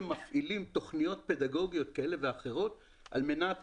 מפעילים תוכניות פדגוגיות כאלה ואחרות על מנת